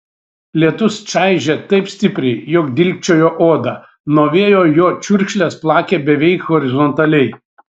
lietus čaižė taip stipriai jog dilgčiojo odą nuo vėjo jo čiurkšlės plakė beveik horizontaliai